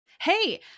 Hey